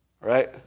Right